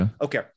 Okay